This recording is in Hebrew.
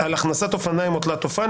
"הכנסת אופניים או תלת אופן,